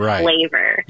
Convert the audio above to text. flavor